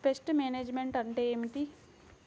Pest management అంటే ఏమిటి?